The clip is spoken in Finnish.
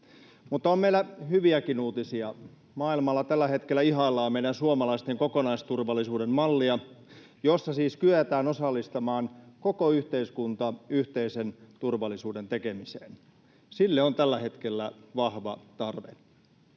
Mutta on meillä hyviäkin uutisia. Maailmalla tällä hetkellä ihaillaan meidän suomalaisten kokonaisturvallisuuden mallia, jossa siis kyetään osallistamaan koko yhteiskunta yhteisen turvallisuuden tekemiseen. Sille on tällä hetkellä vahva tarve.